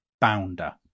bounder